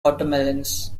watermelons